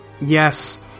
Yes